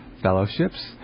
fellowships